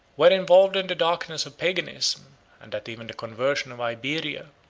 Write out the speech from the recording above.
were involved in the darkness of paganism and that even the conversion of iberia,